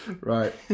Right